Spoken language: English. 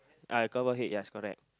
uh a cover head yes correct